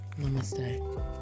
Namaste